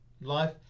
life